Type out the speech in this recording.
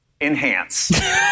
Enhance